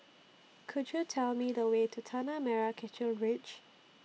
Could YOU Tell Me The Way to Tanah Merah Kechil Ridge